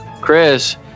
Chris